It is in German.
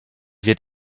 wird